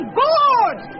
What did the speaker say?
board